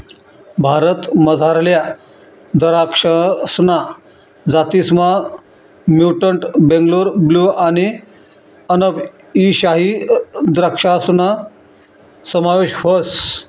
भारतमझारल्या दराक्षसना जातीसमा म्युटंट बेंगलोर ब्लू आणि अनब ई शाही द्रक्षासना समावेश व्हस